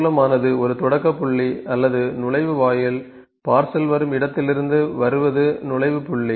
மூலமானது ஒரு தொடக்கப் புள்ளி அல்லது நுழைவு வாயில் பார்சல் வரும் இடத்திலிருந்து வருவது நுழைவு புள்ளி